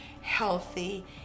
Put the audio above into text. healthy